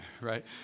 right